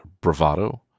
bravado